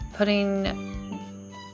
putting